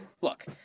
Look